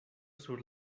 sur